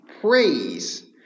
praise